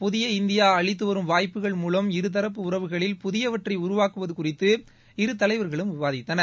புதிய இந்தியா அளித்து வரும் வாய்ப்புகள் மூலம் இருதரப்பு உறவுகளில் புதியவற்றை உருவாக்குவது குறித்து இரு தலைவர்களும் விவாதித்தனர்